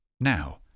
now